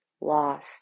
loss